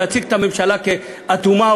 להציג את הממשלה כאטומה,